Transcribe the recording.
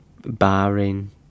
barring